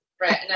right